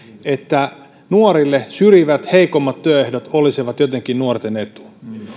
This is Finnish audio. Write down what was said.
että nuorille syrjivät heikommat työehdot olisivat jotenkin nuorten etu